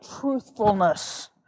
truthfulness